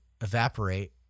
evaporate